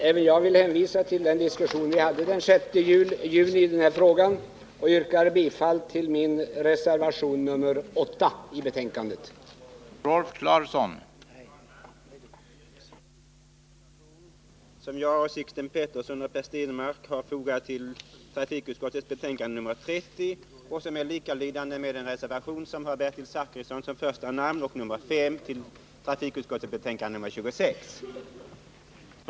Även jag vill hänvisa till den diskussion som vi förde den 6 juni i denna fråga, och jag yrkar bifall till reservationen i enlighet med min reservation nr 8 vid trafikutskottets betänkande nr 26.